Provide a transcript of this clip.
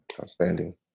Outstanding